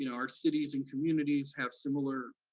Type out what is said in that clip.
you know our cities and communities have similar,